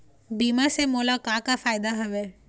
बीमा से मोला का का फायदा हवए?